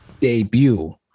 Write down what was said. debut